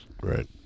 Right